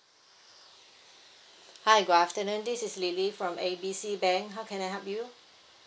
hi good afternoon this is lily from A B C bank how can I help you